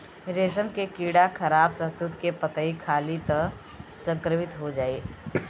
रेशम के कीड़ा खराब शहतूत के पतइ खाली त संक्रमित हो जाई